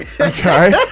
Okay